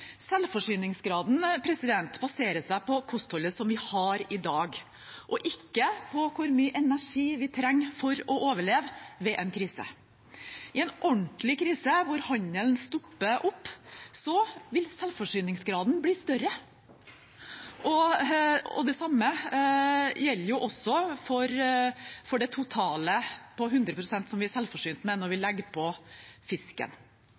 Selvforsyningsgraden baserer seg på kostholdet som vi har i dag, og ikke på hvor mye energi vi trenger for å overleve ved en krise. I en ordentlig krise hvor handelen stopper opp, vil selvforsyningsgraden bli større, og når det gjelder det totale, vil vi da være 100 pst. selvforsynt når vi legger på fisken.